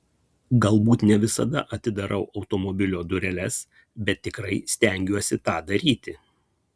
galbūt ne visada atidarau automobilio dureles bet tikrai stengiuosi tą daryti